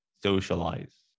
socialize